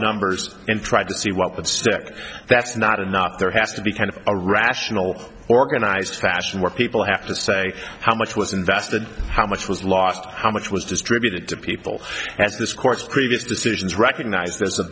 numbers and tried to see what would stick that's not enough there has to be kind of a rational organized fashion where people have to say how much was invested how much was lost how much was distributed to people as this court previous decisions recogni